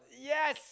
yes